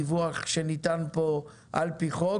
דיווח שניתן פה על פי חוק,